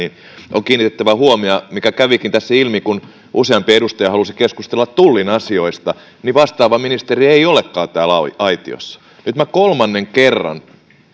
on kiinnitettävä huomiota siihen mikä kävikin tässä ilmi kun useampi edustaja halusi keskustella tullin asioista että vastaava ministeri ei olekaan täällä aitiossa nyt minä kolmannen kerran